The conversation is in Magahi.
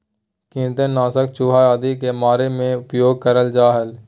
कृंतक नाशक चूहा आदि के मारे मे उपयोग करल जा हल